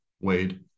Wade